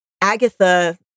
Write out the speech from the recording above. Agatha